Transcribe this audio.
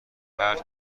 ترک